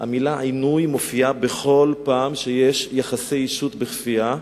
המלה "עינוי" מופיעה בכל פעם שיש יחסי אישות בכפייה.